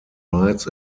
rights